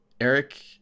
Eric